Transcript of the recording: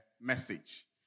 message